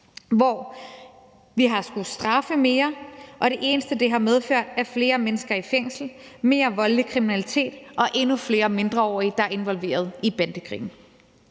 hvor vi har skullet straffe mere, og det eneste, det har medført, er flere mennesker i fængsel, mere voldelig kriminalitet og endnu flere mindreårige, der er involveret i bandekrigen.